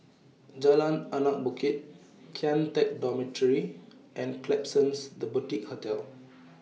Jalan Anak Bukit Kian Teck Dormitory and Klapsons The Boutique Hotel